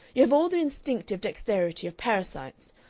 you have all the instinctive dexterity of parasites.